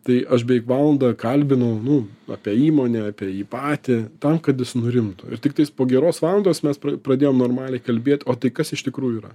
tai aš beveik valandą kalbinau nu apie įmonę apie jį patį tam kad jis nurimtų ir tiktais po geros valandos mes pradėjom normaliai kalbėt o tai kas iš tikrųjų yra